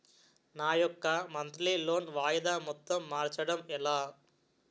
నా యెక్క monthly loan వాయిదా మొత్తం మార్చడం ఎలా?